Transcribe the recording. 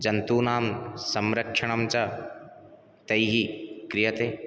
जन्तूनां संरक्षणं च तैः क्रियते